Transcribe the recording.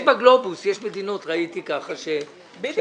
יש בגלובוס, יש מדינות, ראיתי ככה --- בדיוק.